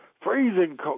freezing